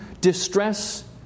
distress